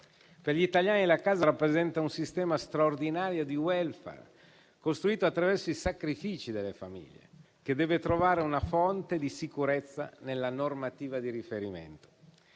Per gli italiani la casa rappresenta un sistema straordinario di *welfare*, costruito attraverso i sacrifici delle famiglie, che deve trovare una fonte di sicurezza nella normativa di riferimento.